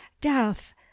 Death